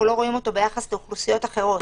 לא רואים אותו ביחס לאוכלוסיות אחרות.